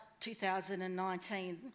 2019